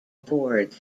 boards